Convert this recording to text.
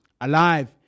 alive